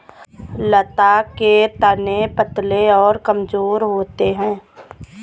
लता के तने पतले और कमजोर होते हैं